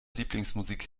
lieblingsmusik